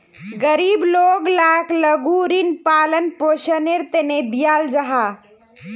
गरीब लोग लाक लघु ऋण पालन पोषनेर तने दियाल जाहा